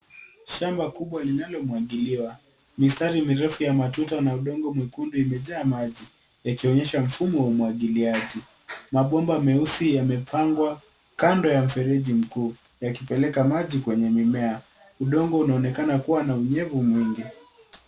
Shamba kubwa linalo mwagiliwa. Mistari mirefu ya matuta na udongo mwekundu imejaa maji. Ikionyesha mfumo wa umwagiliaji. Mabomba meusi yamepangwa kando ya mfereji mkuu yakipeleka maji kwenye mimea. Udongo unaonekana kuwa na unyevu mwingi.